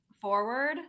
forward